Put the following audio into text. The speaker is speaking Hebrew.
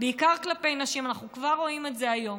בעיקר כלפי נשים, ואנחנו כבר רואים את זה היום.